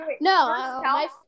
No